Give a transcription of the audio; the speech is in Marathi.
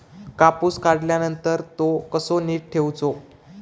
कापूस काढल्यानंतर तो कसो नीट ठेवूचो?